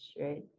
right